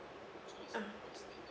uh